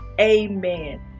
Amen